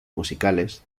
musicales